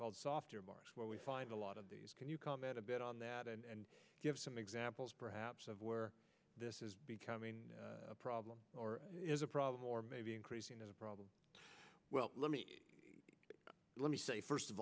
called soft where we find a lot of these can you comment a bit on that and give some examples perhaps of where this is becoming a problem or a problem or maybe increasing the problem well let me let me say first of